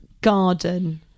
garden